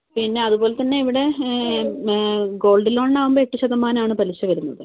പിന്നെ അതുപോലെതന്നെ ഇവിടെ ഗോൾഡ് ലോണിനാകുമ്പോൾ എട്ട് ശതമാനം ആണ് പലിശ വരുന്നത്